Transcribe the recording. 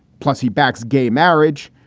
plus, he backs gay marriage.